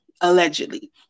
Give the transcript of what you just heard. allegedly